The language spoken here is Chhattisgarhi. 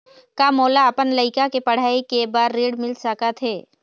का मोला अपन लइका के पढ़ई के बर ऋण मिल सकत हे?